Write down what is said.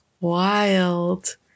wild